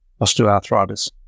osteoarthritis